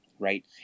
right